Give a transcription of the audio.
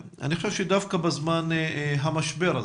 אני חושב שדווקא בזמן המשבר הזה,